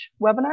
webinar